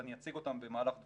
ואני אציג אותם במהלך דבריי,